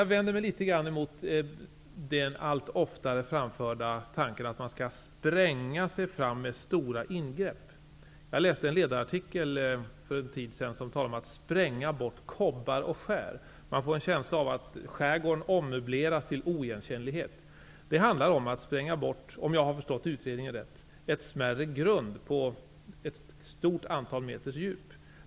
Jag vänder mig litet grand emot den allt oftare framförda uppfattningen att man skall spränga sig fram med stora ingrepp. Jag läste en ledarartikel för en tid sedan som talade om att man skulle spränga bort kobbar och skär. Man får en känsla av att skärgården kommer att ommöbleras till oigenkännlighet. Om jag har förstått utredningen rätt handlar det om att spränga bort ett smärre grund på ett stort antal meters djup.